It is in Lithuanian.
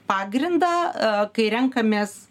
pagrindą kai renkamės